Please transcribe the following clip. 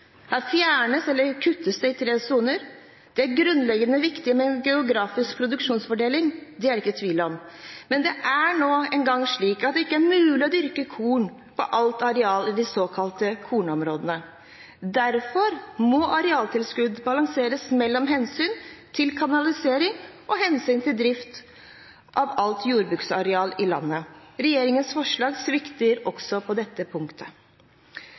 Her fjernes eller kuttes det i tre soner. Det er grunnleggende viktig med en geografisk produksjonsfordeling, det er det ingen tvil om, men det er nå engang slik at det ikke er mulig å dyrke korn på alt areal i de såkalte kornområdene. Derfor må arealtilskuddene balanseres mellom hensynet til kanalisering og hensynet til drift av alt jordbruksareal i landet. Regjeringens forslag svikter også på dette punktet.